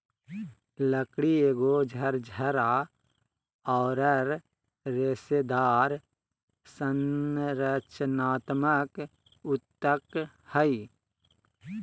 लकड़ी एगो झरझरा औरर रेशेदार संरचनात्मक ऊतक हइ